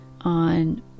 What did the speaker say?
on